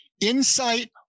insight